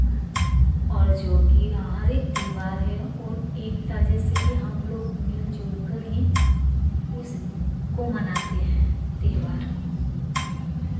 और जो कि हर एक त्योहार है और एकता जैसे कि हम लोग मिल जुल कर ही उस को मनाते हैं त्योहार को